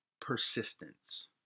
persistence